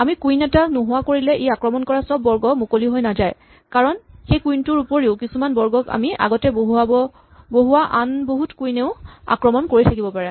আমি কুইন এটা নোহোৱা কৰিলে ই আক্ৰমণ কৰা চব বৰ্গ মুকলি হৈ নাযায় কাৰণ সেই কুইন টোৰ ওপৰিও কিছুমান বৰ্গ ক আমি আগতে বহুৱা আন বহুত কুইন এও আক্ৰমণ কৰি থাকিব পাৰে